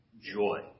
joy